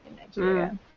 Nigeria